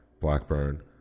Blackburn